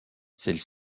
celles